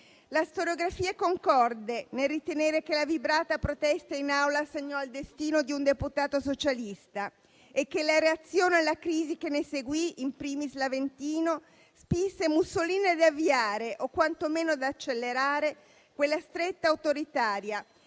La storiografia è concorde nel ritenere che la vibrata protesta in Aula segnò il destino di un deputato socialista e che la reazione alla crisi che ne seguì, *in primis* l'Aventino, spinse Mussolini ad avviare - o quantomeno ad accelerare - quella stretta autoritaria